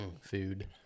food